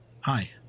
Hi